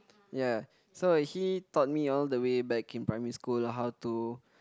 ya so he taught me all the way back in primary school how to